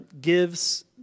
gives